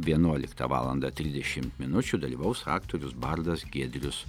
vienuoliktą valandą trisdešimt minučių dalyvaus aktorius bardas giedrius